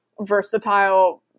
versatile